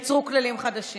אל תיצרו כללים חדשים.